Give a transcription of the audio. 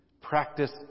Practice